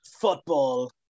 football